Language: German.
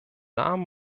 namen